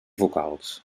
vocals